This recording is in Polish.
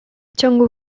ciągu